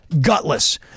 Gutless